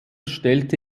stellte